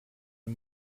die